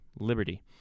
Liberty